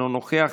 אינו נוכח,